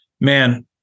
man